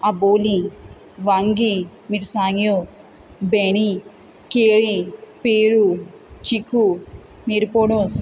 आबोलीं वांयगीं मिरसांग्यो बेंडी केळीं पेरू चिकू निरपोणोस